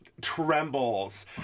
trembles